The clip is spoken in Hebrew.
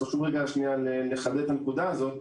חשוב לחדד את הנקודה הזאת,